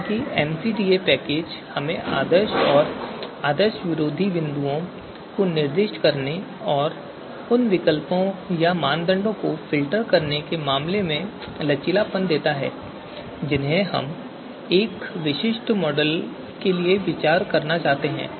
हालांकि MCDA package हमें आदर्श और विरोधी आदर्श बिंदुओं को निर्दिष्ट करने और उन विकल्पों या मानदंडों को फ़िल्टर करने के मामले में लचीलापन देता है जिन्हें हम एक विशिष्ट मॉडल के लिए विचार करना चाहते हैं